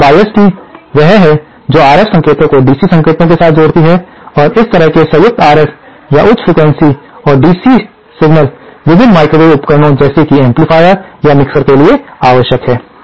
अब एक biased T वह है जो RF संकेतों को DC संकेतों के साथ जोड़ती है और इस तरह के संयुक्त RF या उच्च फ्रीक्वेंसी और DC डीसी सिग्नल विभिन्न माइक्रोवेव उपकरणों जैसे कि एम्पलीफायर या मिक्सर के लिए आवश्यक है